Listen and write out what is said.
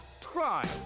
crime